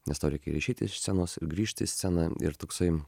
tau reikia išeiti iš scenos ir grįžti į sceną ir toksai